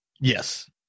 Yes